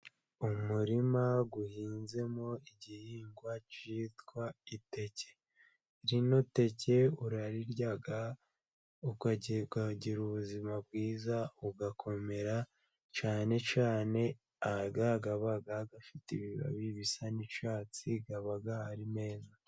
Umurima uhinzemo igihingwa cyitwa iteke. Rino teke urarirya ukagira ubuzima bwiza, ugakomera, cyane cayne aha gabaga gafite ibibabi bisa n'icyatsi gabaga ari meza.